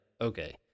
okay